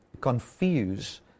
confuse